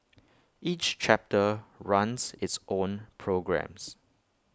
each chapter runs its own programmes